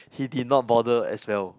he did not bother as well